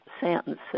sentences